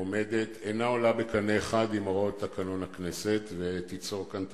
אינה עולה בקנה אחד עם הוראות תקנון הכנסת ותיצור כאן תקלה.